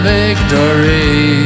victory